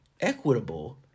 equitable